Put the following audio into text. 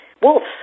wolves